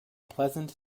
pleasant